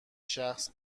شخص